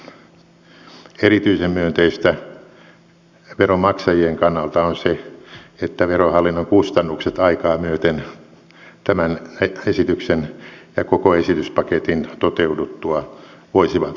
erityisen myönteistä veronmaksajien kannalta on se että verohallinnon kustannukset aikaa myöten tämän esityksen ja koko esityspaketin toteuduttua voisivat alentua